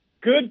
Good